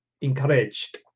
encouraged